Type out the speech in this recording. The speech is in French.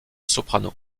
soprano